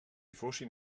fossin